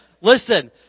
Listen